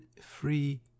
free